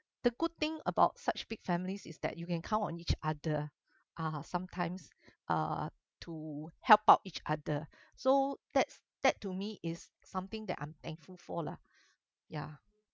the good thing about such big families is that you can count on each other ah sometimes uh to help out each other so that's that to me is something that I'm thankful for lah ya